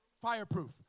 Fireproof